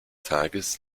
tages